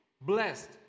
blessed